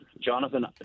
Jonathan